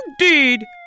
Indeed